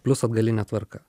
plius atgaline tvarka